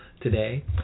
today